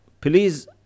please